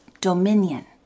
dominion